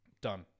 Done